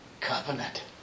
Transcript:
covenant